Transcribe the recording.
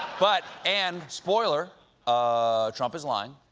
but and spoiler ah trump is lying.